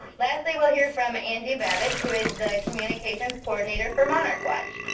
lastly, we'll hear from angie babbit, who is the communications coordinator for monarch watch.